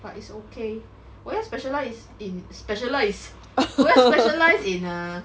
but it's okay 我要 specialize in specializ 我要 specialize in err